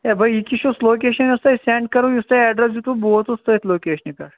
ہے بہٕ یہِ ییٚکے چھُس لوکیشن یۄس تۄہہ سیٚنڈ کٔرٕو یُس تۄہہِ ایٚڈرَس دِتوُ بہٕ ووتُس تٔتھۍ لوکیشنہِ پٮ۪ٹھ